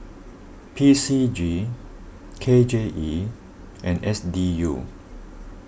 P C G K J E and S D U